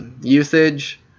Usage